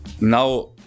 now